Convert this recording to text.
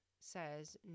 says